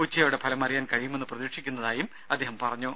ഉച്ചയോടെ ഫലമറിയാൻ കഴിയുമെന്ന് പ്രതീക്ഷിക്കുന്നതായും അദ്ദേഹം പറഞ്ഞു